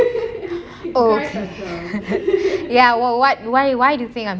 hehehe ~ oh why why do you think I am single